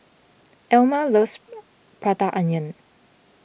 Ilma loves Prata Onion